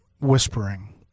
whispering